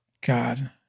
God